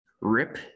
Rip